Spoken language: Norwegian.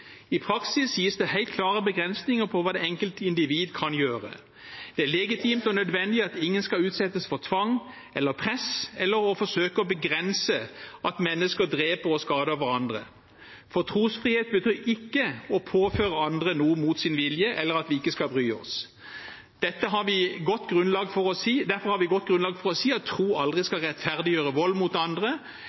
I praksis gis det helt klare begrensninger på hva det enkelte individ kan gjøre. Det er legitimt og nødvendig at ingen skal utsette andre for tvang eller press eller forsøker å begrense at mennesker dreper og skader hverandre, for trosfrihet betyr ikke å påføre andre noe mot deres vilje eller at vi ikke skal bry oss. Derfor har vi godt grunnlag for å si at tro aldri skal rettferdiggjøre vold mot andre